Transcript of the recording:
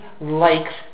likes